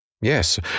Yes